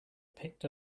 picked